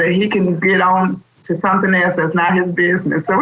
that he can get on to something else that's not his business. so